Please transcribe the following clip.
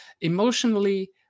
emotionally